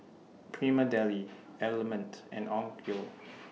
Prima Deli Element and Onkyo